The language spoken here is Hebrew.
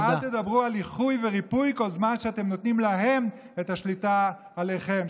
ואל תדברו על איחוי וריפוי כל זמן שאתם נותנים להם את השליטה עליכם,